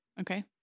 Okay